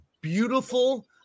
Beautiful